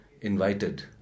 invited